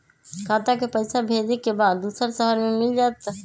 खाता के पईसा भेजेए के बा दुसर शहर में मिल जाए त?